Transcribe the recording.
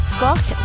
Scott